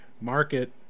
market